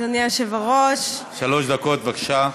אדוני היושב-ראש, שלוש דקות, בבקשה.